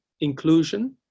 inclusion